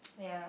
ya